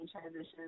transitions